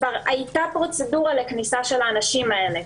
שכבר הייתה פרוצדורה לכניסה של האנשים האלה.